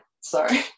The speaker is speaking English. sorry